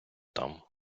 там